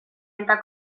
eta